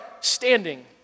standing